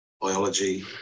biology